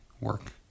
work